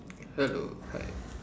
hello hi